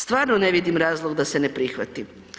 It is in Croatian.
Stvarno ne vidim razlog da se ne prihvati.